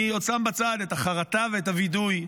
אני שם בצד את החרטה ואת הווידוי.